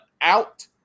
out